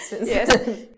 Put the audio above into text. Yes